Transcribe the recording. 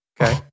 Okay